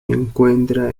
encuentra